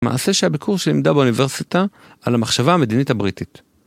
מעשה שהביקור שלימדה באוניברסיטה על המחשבה המדינית הבריטית.